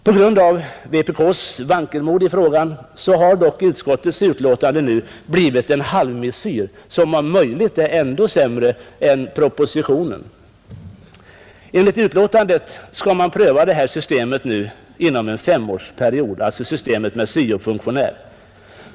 På grund av vpk:s vankelmod i frågan har dock utskottets betänkande kommit att bli en halvmesyr, som om möjligt är ännu sämre än propositionen. Enligt betänkandet skall systemet med syo-funktionär prövas under en femårsperiod.